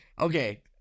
Okay